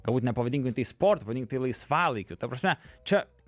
galbūt nepavadinkim tai sportu pavadinkim tai laisvalaikiu ta prasme čia